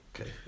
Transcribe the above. Okay